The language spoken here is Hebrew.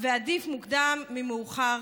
ועדיף מוקדם ממאוחר.